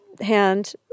hand